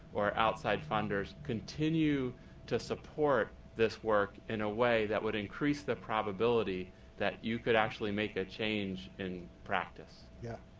or outside funders, continue to support this work in a way that would increase the probability that you could make a change in practice? yeah